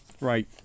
Right